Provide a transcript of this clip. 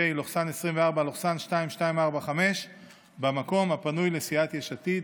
פ/2245/24, במקום הפנוי לסיעת יש עתיד.